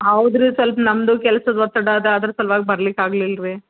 ಹೌದ್ರಿ ಸ್ವಲ್ಪ ನಮ್ಮದು ಕೆಲ್ಸದ ಒತ್ತಡ ಅದು ಅದ್ರ ಸಲುವಾಗಿ ಬರ್ಲಿಕ್ಕೆ ಆಗಲಿಲ್ರೀ